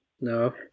No